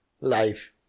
life